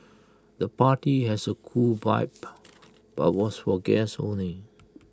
the party has A cool vibe but was for guests only